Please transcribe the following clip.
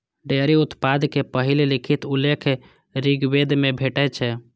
dairy उत्पादक पहिल लिखित उल्लेख ऋग्वेद मे भेटै छै